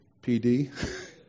PD